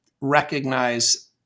recognize